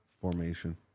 formation